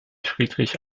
friedrich